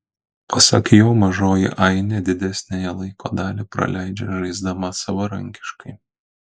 pasak jo mažoji ainė didesniąją laiko dalį praleidžia žaisdama savarankiškai